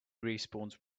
respawns